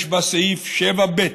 יש בה סעיף 7(ב),